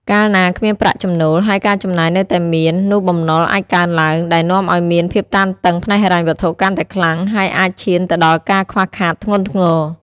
កាលណាគ្មានប្រាក់ចំណូល ហើយការចំណាយនៅតែមាន នោះបំណុលអាចកើនឡើង ដែលនាំឱ្យមានភាពតានតឹងផ្នែកហិរញ្ញវត្ថុកាន់តែខ្លាំង ហើយអាចឈានទៅដល់ការខ្វះខាតធ្ងន់ធ្ងរ។